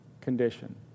condition